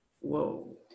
whoa